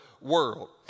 world